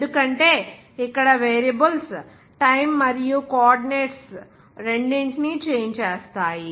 ఎందుకంటే ఇక్కడ variables time మరియు కో ఆర్డినేట్స్ రెండింటిని చేంజ్ చేస్తాయి